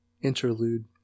Interlude